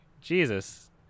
Jesus